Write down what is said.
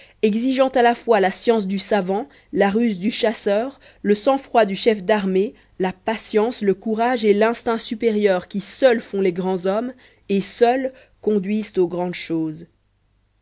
exigeant à la fois la science du savant la ruse du chasseur le sang-froid du chef d'armée la patience le courage et l'instinct supérieur qui seuls font les grands hommes et seuls conduisent aux grandes choses